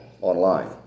online